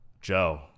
Joe